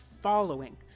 following